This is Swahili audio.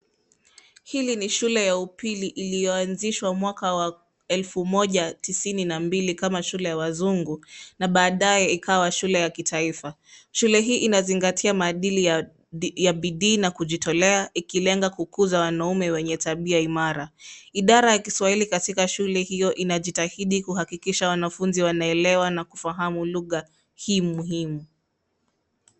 Hili ni shule ya upili iliyoanzishwa mwaka wa elfu moja tisini na mbili kama shule ya wazungu na baadaye ikawa shule ya kitaifa. Shule hii inazingatia maadili ya bidii na kujitolea ikilenga kukuza wanaume wenye tabia imara. Idara ya kiswahili katika shule hiyo inajitahidi kuhakikisha wanafunzi wanaelewa na kufahamu lugha hii muhimu.